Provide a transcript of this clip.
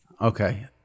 Okay